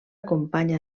companya